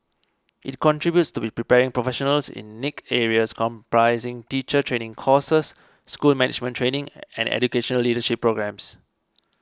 it contributes to be preparing professionals in niche areas comprising teacher training courses school management training and educational leadership programmes